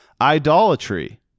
idolatry